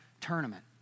tournament